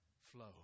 flow